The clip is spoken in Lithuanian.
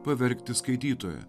pavergti skaitytoją